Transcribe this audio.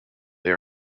they